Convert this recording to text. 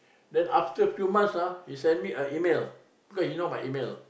then after few months ah he send me an email cause he know my email